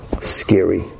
scary